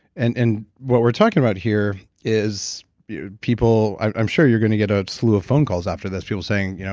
and and what we're talking about here is people, i'm sure you're going to get a slew of phone calls after this, people saying, you know